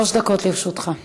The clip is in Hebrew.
שלוש דקות לרשותך.